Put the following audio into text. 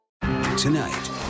Tonight